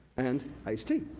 and ice tea,